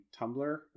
tumblr